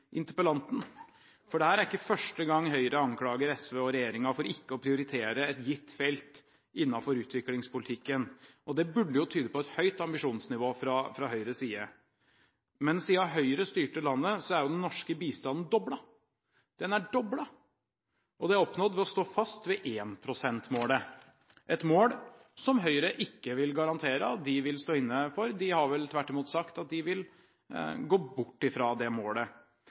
interpellanten. For dette er ikke første gang Høyre anklager SV og regjeringen for ikke å prioritere et gitt felt innenfor utviklingspolitikken, og det burde jo tyde på et høyt ambisjonsnivå fra Høyres side, men siden Høyre styrte landet, er jo den norske bistanden doblet. Den er doblet! Og det er oppnådd ved å stå fast ved 1 pst.-målet – et mål som Høyre ikke vil garantere at de vil stå inne for. De har vel tvert imot sagt at de vil gå bort fra det målet.